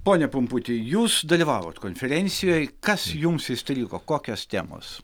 pone pumputi jūs dalyvavot konferencijoj kas jums įstrigo kokios temos